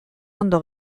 ondo